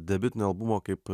debiutinio albumo kaip